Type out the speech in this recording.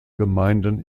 gemeinden